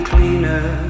Cleaner